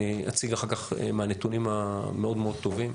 אני אציג אחר כך מהנתונים המאוד מאוד טובים.